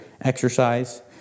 exercise